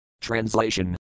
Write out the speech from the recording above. Translation